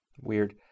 weird